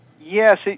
Yes